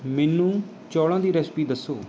ਮੈਨੂੰ ਚੌਲ਼ਾਂ ਦੀ ਰੈਸਿਪੀ ਦੱਸੋ